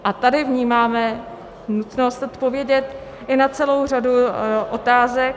A tady vnímáme nutnost odpovědět i na celou řadu otázek.